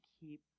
keep